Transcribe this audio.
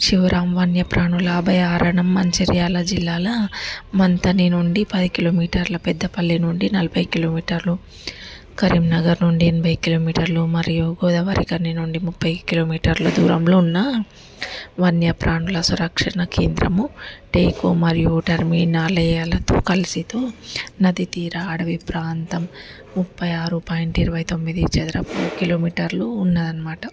శివరాం వన్యప్రాణుల అభయహరణం మంచిర్యాల జిల్లాలో మంతా నేను ఉండి పది కిలోమీటర్ల పెద్దపల్లి నుండి నలభై కిలోమీటర్లు కరీంనగర్ నుండి ఎనభై కిలోమీటర్లు మరియు గోదావరిఖని నుండి ముప్పై కిలోమీటర్లు దూరంలో ఉన్న వన్యప్రాణుల సురక్షణ కేంద్రము టేకు మరియు ఓటర్ మీనా లేయాలతో కలిసి నది తీరా అడవి ప్రాంతం ముప్పై ఆరు పాయింట్ ఇరవై తొమ్మిది కిలోమీటర్ల చదరపు ఉందన్నమాట